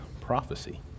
prophecy